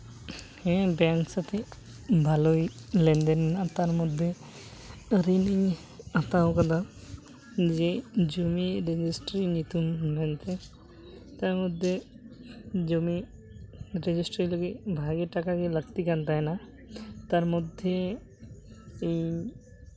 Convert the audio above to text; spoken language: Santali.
ᱦᱮᱸ ᱵᱮᱝᱠ ᱥᱟᱛᱮᱜ ᱵᱷᱟᱞᱳᱭ ᱞᱮᱱᱫᱮᱱ ᱢᱮᱱᱟᱜᱼᱟ ᱛᱟᱨ ᱢᱚᱫᱽᱫᱷᱮ ᱨᱤᱱ ᱤᱧ ᱦᱟᱛᱟᱣ ᱠᱟᱫᱟ ᱡᱮ ᱡᱚᱢᱤ ᱨᱮᱡᱤᱥᱴᱨᱤ ᱧᱩᱛᱩᱢ ᱢᱮᱱᱛᱮ ᱛᱟᱨ ᱢᱚᱫᱽᱫᱷᱮ ᱡᱚᱢᱤ ᱨᱮᱡᱤᱥᱴᱨᱤ ᱞᱟᱹᱜᱤᱫ ᱵᱷᱟᱹᱜᱤ ᱴᱟᱠᱟᱜᱮ ᱞᱟᱹᱠᱛᱤ ᱠᱟᱱ ᱛᱟᱦᱮᱱᱟ ᱛᱟᱨ ᱢᱚᱫᱽᱫᱷᱮ ᱤᱧ